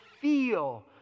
feel